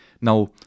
Now